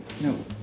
No